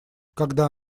когда